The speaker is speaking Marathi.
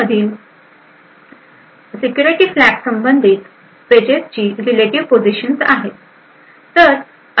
त्यामध्ये त्या enclave मधील सिक्युरिटी फ्लॅग संबंधित पेजेसची रिलेटिव पोझिशन्स आहेत